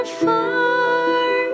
far